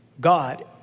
God